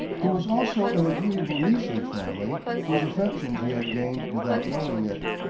there was also an agreeable niece in the family, whose affections he had gained without knowing it.